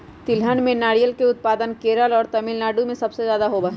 तिलहन में नारियल के उत्पादन केरल और तमिलनाडु में सबसे ज्यादा होबा हई